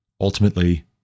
ultimately